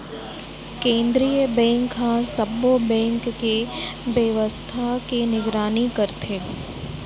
केंद्रीय बेंक ह सब्बो बेंक के बेवस्था के निगरानी करथे